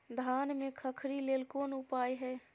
धान में खखरी लेल कोन उपाय हय?